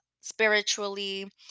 spiritually